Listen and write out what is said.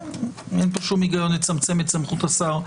אין פה שום היגיון לצמצם את סמכות השר,